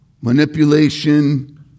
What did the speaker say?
manipulation